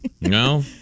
No